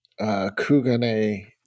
Kugane